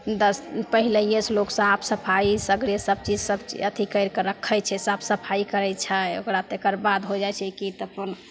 दस पहिलहिएसे लोक साफ सफाइ सगरे सबचीज सब अथी करिके रखै छै साफ सफाइ करै छै ओकरा तकर बाद हो जाइ छै कि तऽ अपन